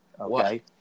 Okay